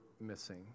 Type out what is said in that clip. missing